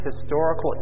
historical